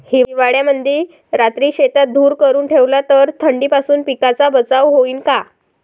हिवाळ्यामंदी रात्री शेतात धुर करून ठेवला तर थंडीपासून पिकाचा बचाव होईन का?